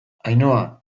ainhoa